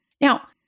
Now